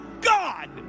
God